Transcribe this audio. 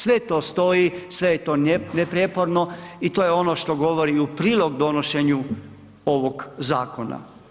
Sve to stoji, sve je to neprijeporno i to je ono što govori i u prilog donošenju ovog zakona.